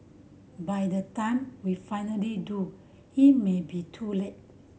by the time we finally do it may be too late